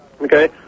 Okay